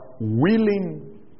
willing